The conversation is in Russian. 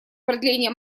продление